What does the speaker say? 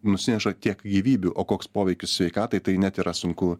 nusineša tiek gyvybių o koks poveikis sveikatai tai net yra sunku